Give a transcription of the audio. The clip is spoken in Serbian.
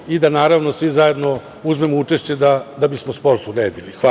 i da svi zajedno uzmemo učešće da bismo sport uredili. Hvala.